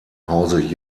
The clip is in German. hause